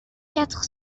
quatre